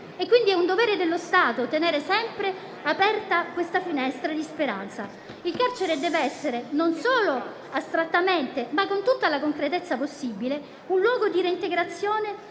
È quindi un dovere dello Stato tenere sempre aperta la finestra di speranza. Il carcere deve essere non solo astrattamente, ma con tutta la concretezza possibile, un luogo di reintegrazione